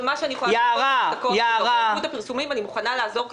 בילקוט הפרסומים אני מוכנה לעזור.